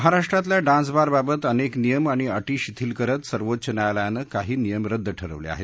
महाराष्ट्रातल्या डान्सबारबाबत अनेक नियम आणि अटी शिथील करत सर्वोच्च न्यायालयानं काही नियम रद्द ठरवले आहेत